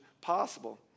possible